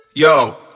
Yo